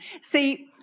See